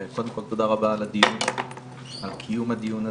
קודם כל תודה רבה על קיום הדיון הזה.